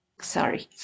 sorry